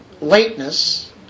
lateness